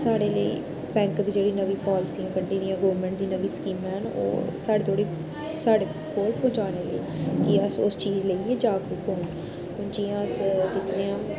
साढ़ै लेई बैंक दियां जेह्ड़ियां नमियां पालसियां कड्डी दियां गोरमेंट दी नमी स्कीमां न ओह् साढ़ै धोड़ी साढ़ै कोल पजा दे कि अस ओह् चीज़ गी लेइयै जागरुक होन हून जियां अस दिक्खने आं